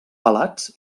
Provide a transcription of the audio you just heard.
pelats